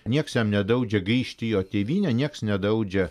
nieks jam nedraudžia grįžt į jo tėvynę nieks nedraudžia